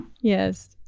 Yes